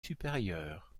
supérieurs